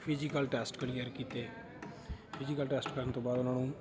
physical test clear ਕੀਤੇ physical test ਕਰਨ ਤੋਂ ਬਾਅਦ ਉਹਨਾਂ ਨੂੰ